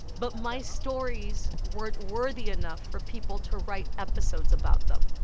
but my stories weren't worthy enough for people to write episodes about them.